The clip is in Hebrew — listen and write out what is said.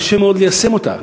שיהיה קשה מאוד ליישם אותה,